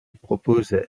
propose